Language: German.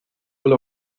wohl